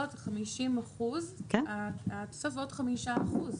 50 אחוזים ועוד 5 אחוזים.